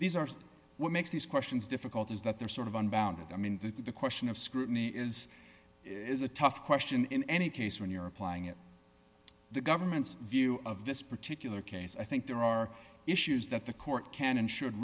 these are what makes these questions difficult is that they're sort of unbounded i mean the question of scrutiny is is a tough question in any case when you're applying it to the government's view of this particular case i think there are issues that the court can and should